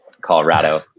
Colorado